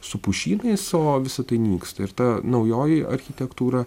su pušynais o visa tai nyksta ir ta naujoji architektūra